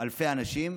אלפי אנשים.